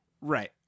Right